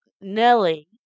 Nelly